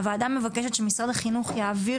הוועדה מבקשת שמשרד החינוך יעביר